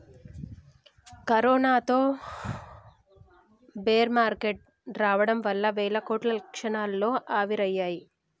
కరోనాతో bear market రావడం వల్ల వేల కోట్లు క్షణాల్లో ఆవిరయ్యాయి